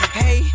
hey